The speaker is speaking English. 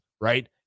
right